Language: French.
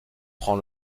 prend